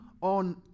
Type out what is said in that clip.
on